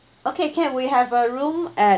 okay can we have a room at